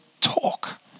talk